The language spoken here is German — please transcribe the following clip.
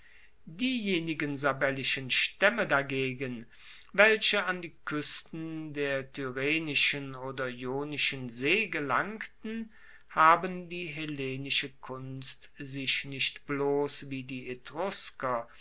diejenigen sabellischen staemme dagegen welche an die kuesten der tyrrhenischen oder ionischen see gelangten haben die hellenische kunst sich nicht bloss wie die